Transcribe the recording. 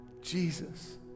Jesus